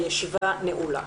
הישיבה נעולה.